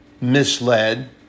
misled